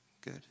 good